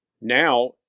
now